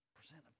present